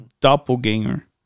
doppelganger